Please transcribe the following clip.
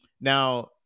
Now